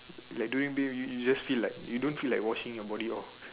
like during bathing you just feel like you don't feel like washing your body off